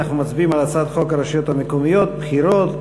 אנחנו מצביעים על הצעת חוק הרשויות המקומיות (בחירות)